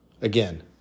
again